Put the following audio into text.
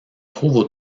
trouvent